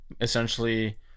essentially